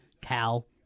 Cal